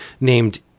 named